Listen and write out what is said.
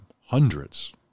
hundreds